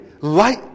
light